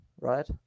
right